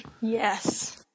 Yes